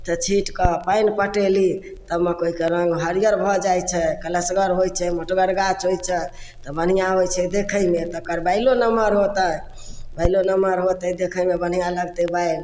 तऽ छींटकऽ पानि पटेली तब मकइके रङ्ग हरियर भऽ जाइ छै कलशगर होइ छै मोटगर गाछ होइ छै तऽ बढ़िआँ होइ छै देखयमे तऽ ओकर बाइलो नमहर होतय बाइलो नमहर होतय देखयमे बढ़िआँ लागतइ बाइल